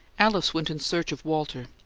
alice went in search of walter,